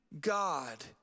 God